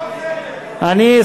תודה.